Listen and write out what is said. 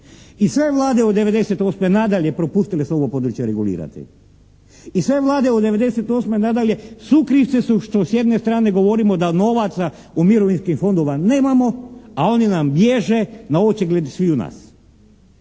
I sve Vlade od 98. nadalje propustile su ovo područje regulirati. I sve vlade od 98. nadalje sukrivci su što s jedne strane govorimo da novaca u mirovinskim fondovima nemamo a oni nam bježe na očigled sviju nas.